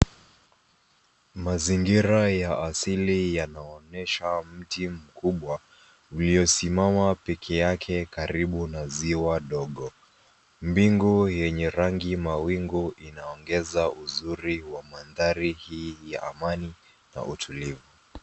Mazingira ya asili yanaonyesha mti mkubwa uliosimama pekee yake karibu na ziwa dogo, mbingu yenye rangi, mawingu inaongeza uzuri wa mandhari hii ya amani na utulivu.